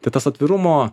tai tas atvirumo